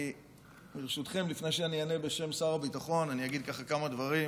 אני אגיד כמה דברים